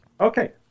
Okay